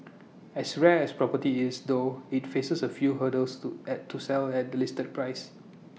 as rare as property is though IT faces A few hurdles to to sell at the listed price